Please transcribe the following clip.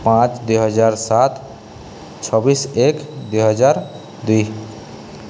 ପାଞ୍ଚ ଦୁଇହଜାର ସାତ ଛବିଶ ଏକ ଦୁଇହଜାର ଦୁଇ